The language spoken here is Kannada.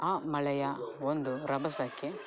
ಆ ಮಳೆಯ ಒಂದು ರಭಸಕ್ಕೆ